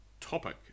topic